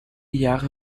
jahre